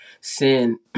sin